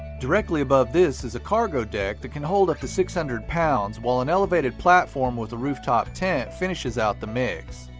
directly above this is a cargo deck that can hold up to six hundred pounds while an elevated platform with a rooftop tent finishes out the mix.